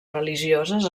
religioses